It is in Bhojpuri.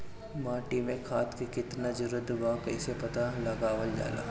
माटी मे खाद के कितना जरूरत बा कइसे पता लगावल जाला?